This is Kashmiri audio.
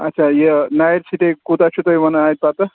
اَچھا یہِ نایِٹ سِٹے کوٗتاہ چھُو تُہۍ وَنان اَتہِ پَتہٕ